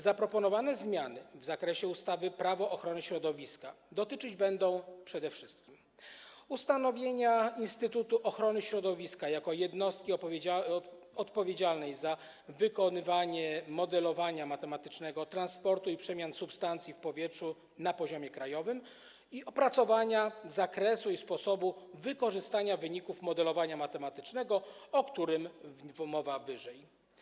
Zaproponowane zmiany w zakresie ustawy Prawo ochrony środowiska dotyczyć będą przede wszystkim ustanowienia Instytutu Ochrony Środowiska jako jednostki odpowiedzialnej za wykonywanie modelowania matematycznego transportu i przemian substancji w powietrzu na poziomie krajowym oraz opracowania zakresu i sposobu wykorzystania wyników modelowania matematycznego, o którym mowa wyżej.